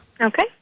Okay